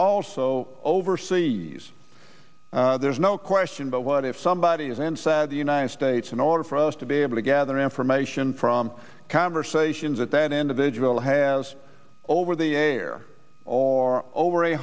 also overseas there's no question but what if somebody is inside the united states in order for us to be able to gather information from conversations that that individual has over the air or over a